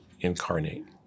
incarnate